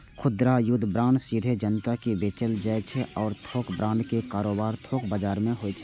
खुदरा युद्ध बांड सीधे जनता कें बेचल जाइ छै आ थोक बांड के कारोबार थोक बाजार मे होइ छै